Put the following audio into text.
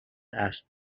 asked